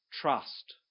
trust